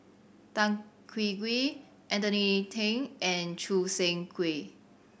Tan Hwee Hwee Anthony Then and Choo Seng Quee